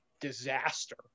disaster